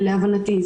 להבנתי.